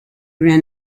ran